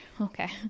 Okay